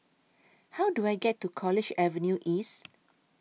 How Do I get to College Avenue East